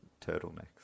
turtlenecks